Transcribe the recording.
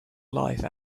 life